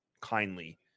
kindly